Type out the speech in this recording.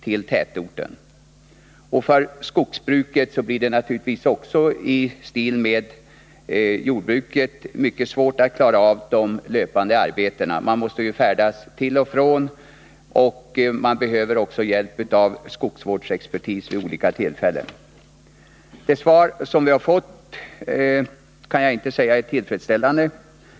För skogsbruket — liksom för jordbruket — blir det naturligtvis också svårt att klara av de löpande arbetena. Man måste färdas till och från arbetsplatser, och man behöver hjälp av skogsvårdsexpertis vid olika tillfällen. Jag kan inte säga att det svar vi har fått är tillfredsställande.